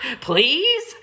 please